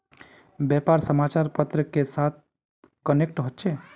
व्यापार समाचार पत्र के साथ कनेक्ट होचे?